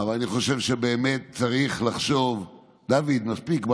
אני חושב שבאמת צריך לחשוב, דוד, מספיק.